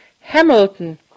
Hamilton